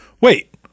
wait